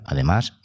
Además